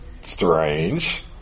strange